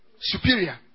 superior